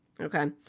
Okay